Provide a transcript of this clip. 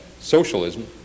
socialism